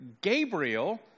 Gabriel